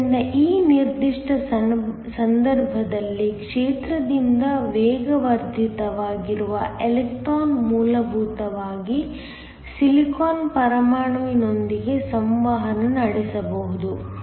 ಆದ್ದರಿಂದ ಈ ನಿರ್ದಿಷ್ಟ ಸಂದರ್ಭದಲ್ಲಿ ಕ್ಷೇತ್ರದಿಂದ ವೇಗವರ್ಧಿತವಾಗಿರುವ ಎಲೆಕ್ಟ್ರಾನ್ ಮೂಲಭೂತವಾಗಿ ಸಿಲಿಕಾನ್ ಪರಮಾಣುವಿನೊಂದಿಗೆ ಸಂವಹನ ನಡೆಸಬಹುದು